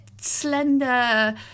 slender